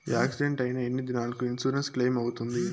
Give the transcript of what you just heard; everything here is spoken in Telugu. యాక్సిడెంట్ అయిన ఎన్ని దినాలకు ఇన్సూరెన్సు క్లెయిమ్ అవుతుంది?